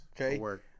Okay